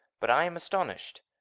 but i am astonished.